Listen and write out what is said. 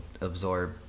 absorb